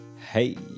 Hey